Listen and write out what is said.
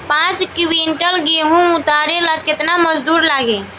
पांच किविंटल गेहूं उतारे ला केतना मजदूर लागी?